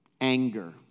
anger